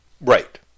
Right